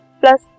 plus